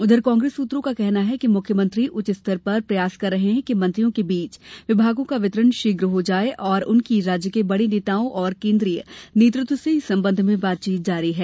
उधर कांग्रेस सूत्रों का कहना है कि मुख्यमंत्री उच्च स्तर पर प्रयास कर रहे है कि मंत्रियों के बीच विभागों का वितरण शीघ्र हो जाए और उनकी राज्य के बडे नेताओं और केंद्रीय नेतत्व से इस संबंध में बातचीत जारी है